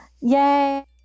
Yay